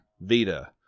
Vita